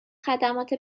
خدمات